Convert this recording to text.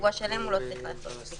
שבוע שלם הוא לא צריך לעשות,